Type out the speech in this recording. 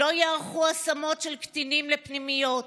לא ייערכו השמות של קטינים לפנימיות,